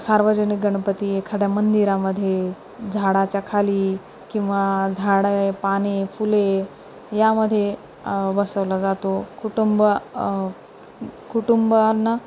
सार्वजनिक गणपती एखाद्या मंदिरामध्ये झाडाच्या खाली किंवा झाडं पाने फुले यामध्ये बसवला जातो कुटुंब कुटुंबांना